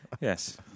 yes